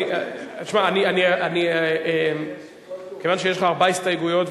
כיוון שיש לך ארבע הסתייגויות,